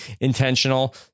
intentional